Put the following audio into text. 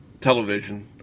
television